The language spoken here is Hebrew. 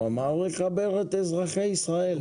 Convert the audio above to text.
הוא אמר: לחבר את אזרחי ישראל.